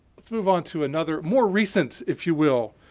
let's move on to another more recent, if you will,